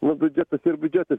nu biudžetas yr biudžetas